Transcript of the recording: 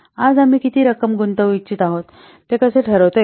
आज आम्ही किती रक्कम गुंतवू इच्छित आहोत ते कसे ठरवता येईल